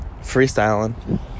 freestyling